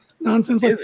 nonsense